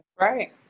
right